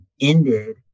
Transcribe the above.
ended